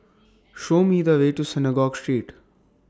Show Me The Way to Synagogue Street